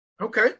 Okay